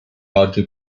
oggi